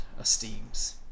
esteems